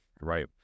right